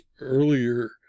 earlier